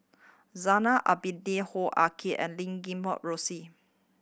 Zainal Abidin Hoo Ah Kay and Lim Guat Kheng Rosie